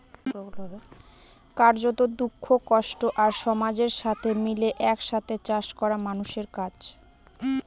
কার্যত, দুঃখ, কষ্ট আর সমাজের সাথে মিলে এক সাথে চাষ করা মানুষের কাজ